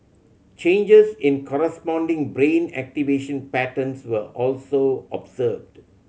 changes in corresponding brain activation patterns were also observed